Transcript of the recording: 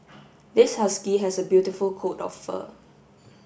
this husky has a beautiful coat of fur